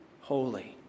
holy